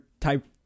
type